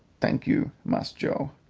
tank you, mass joe.